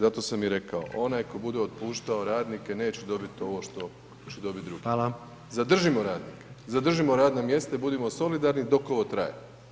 Zato sam i rekao, onaj ko bude otpuštao radnike neće dobit ovo što, što će dobit drugi [[Upadica: Hvala]] Zadržimo radnike, zadržimo radna mjesta i budimo solidarni dok ovo traje.